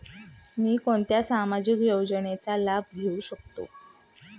मी कोणत्या सामाजिक योजनेचा लाभ घेऊ शकते?